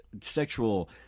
sexual